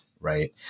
right